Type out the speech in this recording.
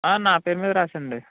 నా పేరు మీద రాసేయండి